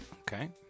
Okay